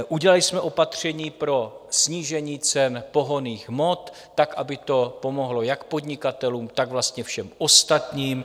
Udělali jsme opatření pro snížení cen pohonných hmot tak, aby to pomohlo jak podnikatelům, tak vlastně všem ostatním.